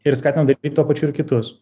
ir skatinom daryt tuo pačiu ir kitus